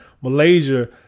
Malaysia